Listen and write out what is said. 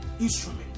instrument